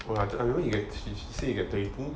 what I I know he he say he get thirty two